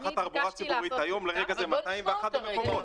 תחת תחבורה ציבורית היום, לרגע זה, 201 הדבקות.